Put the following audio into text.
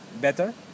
better